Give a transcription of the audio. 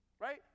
right